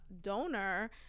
donor